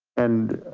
and